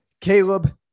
caleb